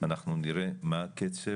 אנחנו נראה מה הקצב,